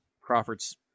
Crawford's